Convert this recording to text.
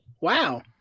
Wow